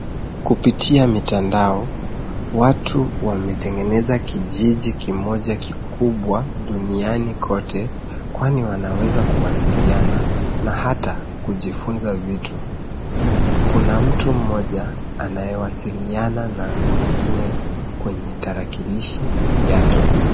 Kupitia mitandao watu wametengeneza kijiji kimoja kikubwa duniani kote kwani wanaweza kuwasiliana na hata kujifunza vitu kuna mtu mmoja anayewasiliana na wengine kwenye tarakilishi yake.